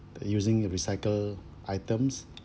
uh using recycle items